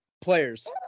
players